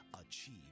achieve